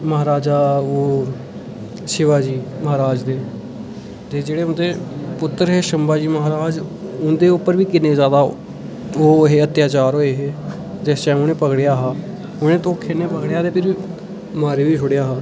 महाराजा ओह् शिवा जी ते जेह्ड़े उं'दे पुत्तर हे शंबा जी महाराज उं'दे उप्पर बी किन्ने जैदा ओह् हे अत्याचार होए हे ते जिस टैम उ'नें पकड़ेआ हा उ'नें धोखे नै पकड़ेआ फ्ही मारी बी छुड़ेआ हा